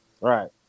Right